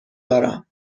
دارم